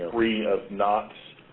free of knots.